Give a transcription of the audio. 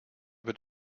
wird